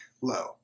low